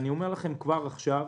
אני אומר לכם כבר עכשיו